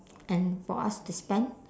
and for us to spend